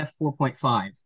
f4.5